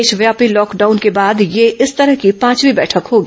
देशव्यापी लॉकडाउन के बाद यह इस तरह की पांचवीं बैठक होगी